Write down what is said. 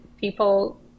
people